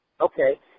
Okay